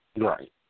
Right